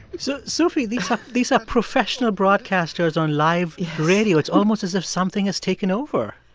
so, sophie, these are these are professional broadcasters on live radio. it's almost as if something has taken over